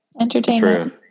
Entertaining